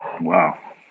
Wow